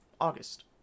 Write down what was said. August